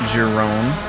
Jerome